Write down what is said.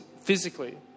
physically